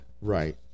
Right